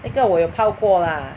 那个我有泡过 lah